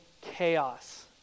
chaos